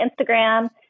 Instagram